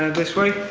this way